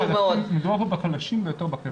מדובר פה בחלשים ביותר בחברה.